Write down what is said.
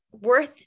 worth